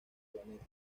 planeta